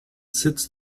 sitz